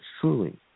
truly